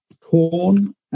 corn